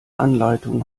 anleitung